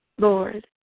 Lord